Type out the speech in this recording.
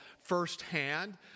firsthand